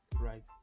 right